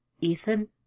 Ethan